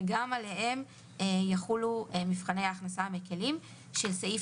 וגם עליהם יחולו מבחני ההכנסה המקלים של סעיף